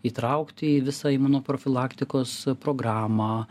įtraukti į visą imunoprofilaktikos programą